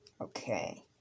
Okay